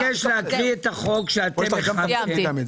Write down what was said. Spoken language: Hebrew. אני מבקש להקריא את החוק שאתם הכנתם.